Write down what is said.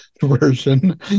version